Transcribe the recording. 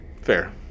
Fair